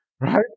right